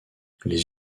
les